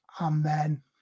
Amen